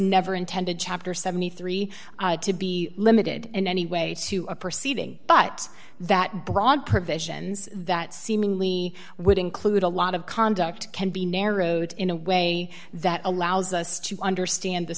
never intended chapter seventy three dollars to be limited in any way to a proceeding but that broad provisions that seemingly would include a lot of conduct can be narrowed in a way that allows us to understand the